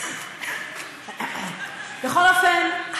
בכל אופן,